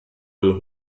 will